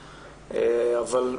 אבל,